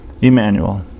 Emmanuel